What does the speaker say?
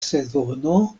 sezono